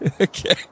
Okay